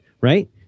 right